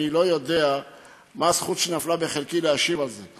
אני לא יודע מה הזכות שנפלה בחלקי להשיב על זה.